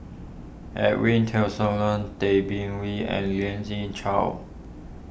Edwin Tessensohn Tay Bin Wee and Lien Ying Chow